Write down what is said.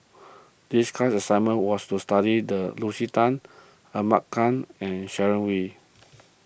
this class assignment was to study the Lucy Tan Ahmad Khan and Sharon Wee